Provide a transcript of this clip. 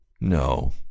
no